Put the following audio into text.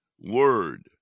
word